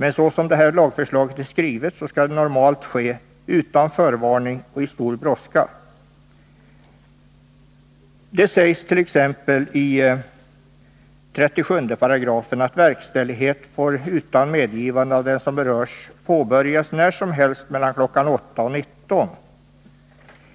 Men såsom lagförslaget är skrivet skall besiktning normalt ske utan förvarning och i stor brådska. medgivande av den som berörs därav påbörjas när som helst mellan kl. 8 och kl. 19.